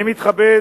אני מתכבד